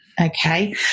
okay